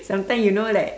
sometime you know like